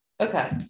Okay